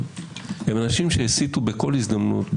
הם אנשים שהסיתו בכל הזדמנות,